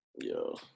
Yo